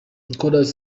nicolas